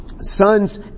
Sons